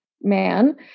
man